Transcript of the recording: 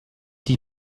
die